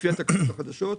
לפי התקנות החדשות.